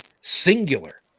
singular